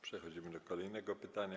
Przechodzimy do kolejnego pytania.